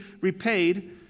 repaid